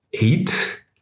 Eight